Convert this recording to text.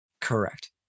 Correct